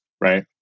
right